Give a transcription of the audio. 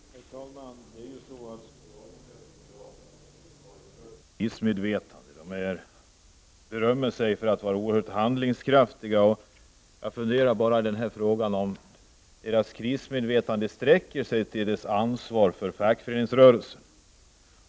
Herr talman! Socialdemokraterna har i dag ett krismedvetande, och de berömmer sig av att vara oerhört handlingskraftiga. Jag undrar om deras krismedvetande sträcker sig till partiets ansvar för fackföreningsrörelsen.